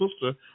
sister